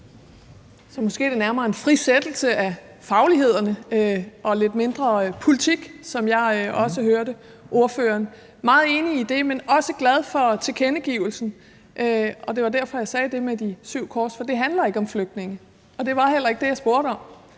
Måske er det nærmere en frisættelse af faglighederne og lidt mindre politik, det handler om, sådan som jeg hørte ordføreren. Jeg er meget enig i det, men jeg er også glad for tilkendegivelsen, og det var derfor, jeg sagde det med de syv kors. For det handler ikke om flygtninge, og det var heller ikke det, jeg spurgte om.